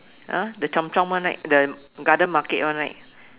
!huh! the chomp chomp one right the garden market one right